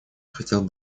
хотел